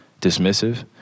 dismissive